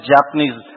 Japanese